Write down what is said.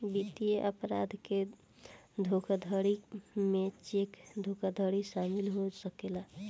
वित्तीय अपराध के धोखाधड़ी में चेक धोखाधड़ शामिल हो सकेला